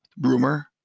Rumor